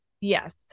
Yes